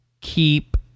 keep